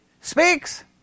speaks